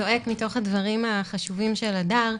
זועק מתוך הדברים החשובים של הדר.